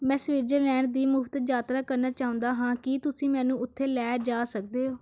ਮੈਂ ਸਵਿਟਜ਼ਰਲੈਂਡ ਦੀ ਮੁਫ਼ਤ ਯਾਤਰਾ ਕਰਨਾ ਚਾਹੁੰਦਾ ਹਾਂ ਕੀ ਤੁਸੀਂ ਮੈਨੂੰ ਉੱਥੇ ਲੈ ਜਾ ਸਕਦੇ ਹੋ